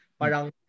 parang